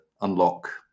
unlock